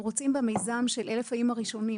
אנחנו רוצים במיזם של אלף הימים הראשונים,